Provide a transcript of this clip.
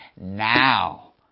now